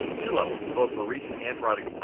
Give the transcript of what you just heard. two levels, both for region and product,